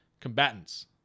combatants